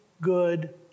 good